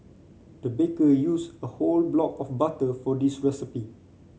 the baker used a whole block of butter for this recipe